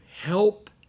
help